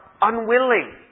unwilling